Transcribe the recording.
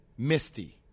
Misty